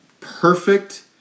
perfect